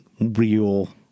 real